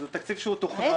זה תקציב שתוכנן.